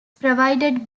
provided